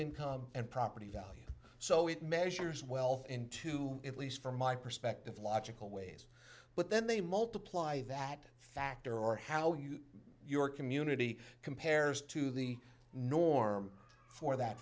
income and property value so it measures wealth into at least from my perspective logical ways but then they multiply that factor or how you your community compares to the norm for that